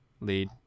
lead